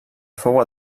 fou